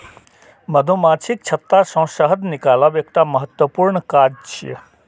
मधुमाछीक छत्ता सं शहद निकालब एकटा महत्वपूर्ण काज छियै